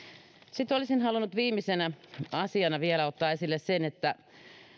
sitten olisin halunnut viimeisenä asiana vielä ottaa esille sen että